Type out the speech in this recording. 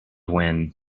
when